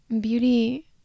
beauty